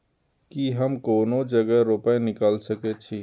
की हम कोनो जगह रूपया निकाल सके छी?